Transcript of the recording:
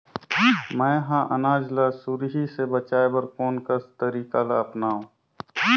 मैं ह अनाज ला सुरही से बचाये बर कोन कस तरीका ला अपनाव?